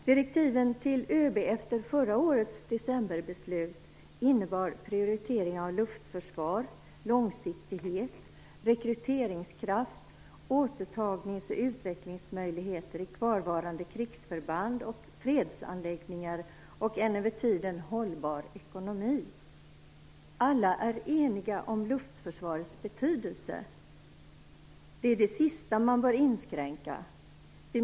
Direktiven till ÖB efter förra årets decemberbeslut innebar prioritering av luftförsvar, långsiktighet, rekryteringskraft, återtagnings och utvecklingsmöjligheter i kvarvarande krigsförband och fredsanläggningar och en över tiden hållbar ekonomi. Alla är eniga om luftförsvarets betydelse. Det är det sista man bör inskränka på.